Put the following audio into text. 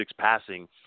passing